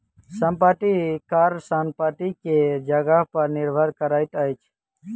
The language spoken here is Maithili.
संपत्ति कर संपत्ति के जगह पर निर्भर करैत अछि